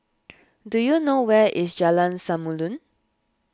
do you know where is Jalan Samulun